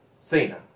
Cena